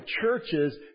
churches